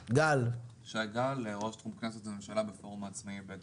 גל, ראש תחום כנסת וממשלה בפורום העצמאיים בבית